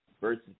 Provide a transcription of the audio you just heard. versus